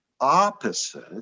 opposite